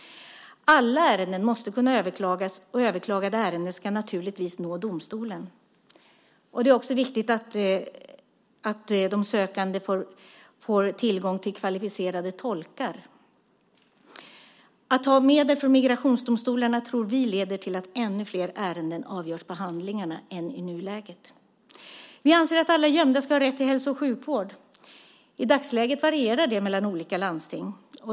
Alla ärenden måste kunna överklagas, och överklagade ärenden ska naturligtvis nå domstolen. Det är också viktigt att de sökande får tillgång till kvalificerade tolkar. Att ta medel från migrationsdomstolarna tror vi leder till att ännu flera ärenden avgörs på handlingarna än i nuläget. Vi anser att alla gömda ska ha rätt till hälso och sjukvård. I dagsläget varierar det mellan olika landsting.